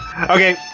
okay